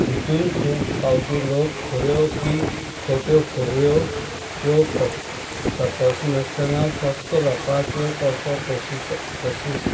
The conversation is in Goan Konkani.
हितून खूब फावटी लोक खऱ्यो की खोट्यो खोबऱ्यो त्यो पस तपस नासतना फक्त लोकांचेर कसो प्रशिस प्रशिश